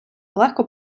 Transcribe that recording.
легко